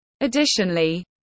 Additionally